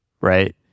right